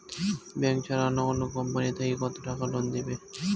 Bank ছাড়া অন্য কোনো কোম্পানি থাকি কত টাকা লোন দিবে?